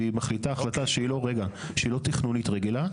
והיא מחליטה החלטה שהיא לא תכנונית רגילה,